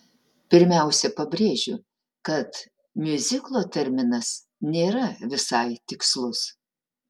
pirmiausia pabrėžiu kad miuziklo terminas nėra visai tikslus